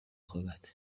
خورد